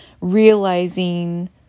realizing